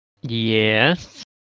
Yes